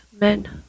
men